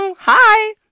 Hi